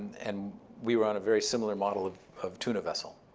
and we were on a very similar model of of tuna vessel.